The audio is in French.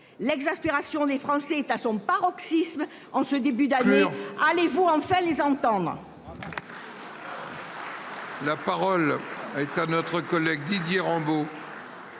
l'exaspération des Français est à son paroxysme en ce début d'année. Allez-vous enfin les entendre.